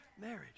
marriage